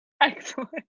Excellent